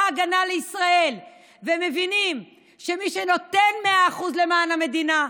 ההגנה לישראל ומבינים שמי שנותן 100% למען המדינה,